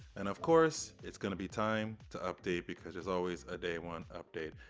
and of course, it's gonna be time to update, because there's always a day one update.